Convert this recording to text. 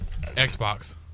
xbox